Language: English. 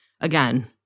again